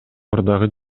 мурдагы